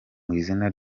izina